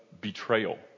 betrayal